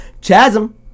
chasm